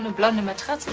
and blond and mattress